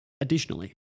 additionally